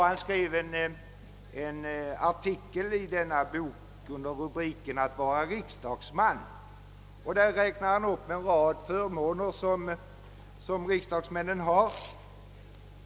Han skrev en artikel i denna bok under rubriken »Att vara riksdagsman». I denna artikel räknar han upp en rad förmåner som riksdagsmännen har.